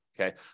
Okay